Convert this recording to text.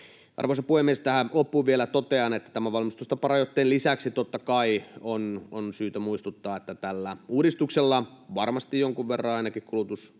Arvoisa puhemies! Tähän loppuun vielä totean, että tämän valmistustaparajoitteen lisäksi totta kai on syytä muistuttaa, että tällä uudistuksella varmasti jonkun verran ainakin kulutus